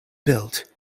built